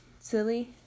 Silly